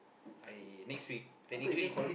I next week technically